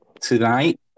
tonight